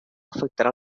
afectarà